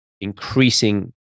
increasing